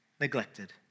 neglected